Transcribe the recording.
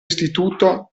istituto